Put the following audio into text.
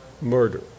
murder